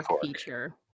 feature